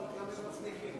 כמו שעון, הם גם מצליחים.